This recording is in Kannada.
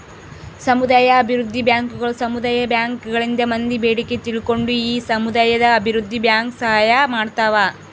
ಸಮುದಾಯ ಅಭಿವೃದ್ಧಿ ಬ್ಯಾಂಕುಗಳು ಸಮುದಾಯ ಬ್ಯಾಂಕ್ ಗಳಿಂದ ಮಂದಿ ಬೇಡಿಕೆ ತಿಳ್ಕೊಂಡು ಈ ಸಮುದಾಯ ಅಭಿವೃದ್ಧಿ ಬ್ಯಾಂಕ್ ಸಹಾಯ ಮಾಡ್ತಾವ